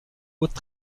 hautes